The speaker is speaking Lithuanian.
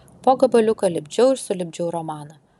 po gabaliuką lipdžiau ir sulipdžiau romaną